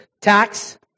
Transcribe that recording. tax